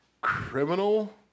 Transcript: criminal